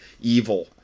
evil